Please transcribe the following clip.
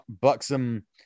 buxom